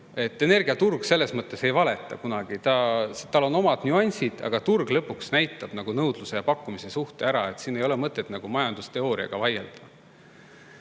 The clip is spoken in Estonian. Energiaturg selles mõttes ei valeta kunagi, tal on omad nüansid, aga turg näitab lõpuks nõudluse ja pakkumise suhte ära. Siin ei ole mõtet majandusteooriaga vaielda.